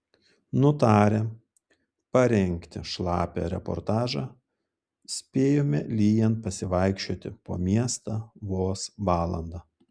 nutarę parengti šlapią reportažą spėjome lyjant pasivaikščioti po miestą vos valandą